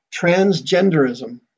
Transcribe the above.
Transgenderism